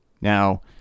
now